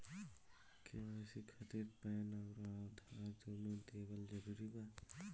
KYC खातिर PAN आउर आधार दुनों देवल जरूरी बा?